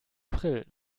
april